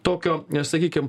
tokio sakykim